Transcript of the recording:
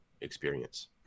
experience